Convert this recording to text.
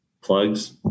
plugs